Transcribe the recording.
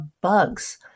bugs